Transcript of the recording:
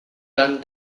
dann